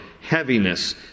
heaviness